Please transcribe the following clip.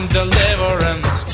deliverance